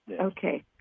Okay